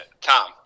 Tom